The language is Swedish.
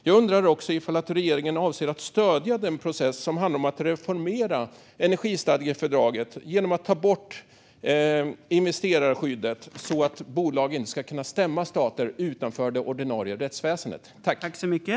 Jag undrar också om regeringen avser att stödja den process som handlar om att reformera energistadgefördraget genom att ta bort investerarskyddet så att bolag inte ska kunna stämma stater utanför det ordinarie rättsväsendet.